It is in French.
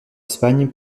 espagne